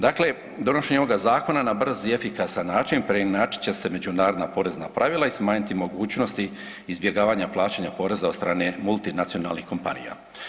Dakle, donošenjem ovoga zakona na brz i efikasan način preinačit će se međunarodna porezna pravila i smanjiti mogućnosti izbjegavanje plaćanja poreza od strane multinacionalnih kompanija.